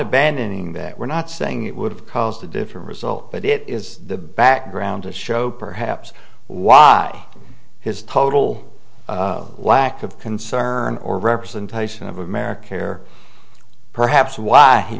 abandoning that we're not saying it would have caused a different result but it is the background to show perhaps why his total lack of concern or representation of america care perhaps why he